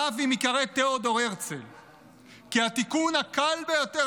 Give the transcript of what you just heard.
אף אם ייקרא תיאודור הרצל! כי התיקון הקל ביותר